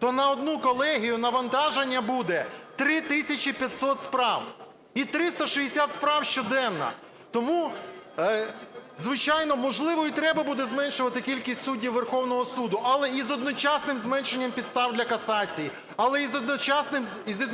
то на одну колегію навантаження буде 3500 справ і 360 справ щоденно. Тому, звичайно, можливо і треба буде зменшувати кількість суддів Верховного Суду, але із одночасним зменшенням підстав для касацій, але із